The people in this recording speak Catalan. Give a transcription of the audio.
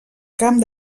camp